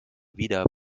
wieder